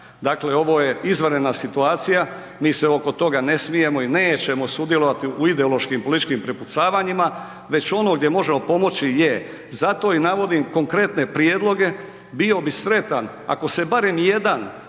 dakle ovo je izvanredna situacija, mi se oko toga ne smijemo i nećemo sudjelovati u ideološkim političkim prepucavanjima, već ono gdje možemo pomoći, je, zato i navodim konkretne prijedloge, bio bi sretan ako se barem jedan